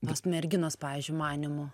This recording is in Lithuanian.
tos merginos pavyzdžiui manymu